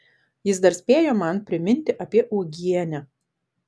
jis dar spėjo man priminti apie uogienę